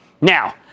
Now